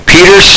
Peter